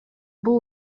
бул